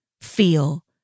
feel